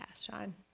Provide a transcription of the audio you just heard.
Sean